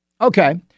Okay